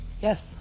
Yes